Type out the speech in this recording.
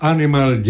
Animal